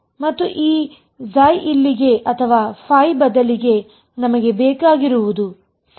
ಮತ್ತು ಈ ಇಲ್ಲಿಗೆ ಅಥವಾ ಬದಲಿಗೆ ಬದಲಿಗೆ ನಮಗೆ ಬೇಕಾಗಿರುವುದು ಸರಿ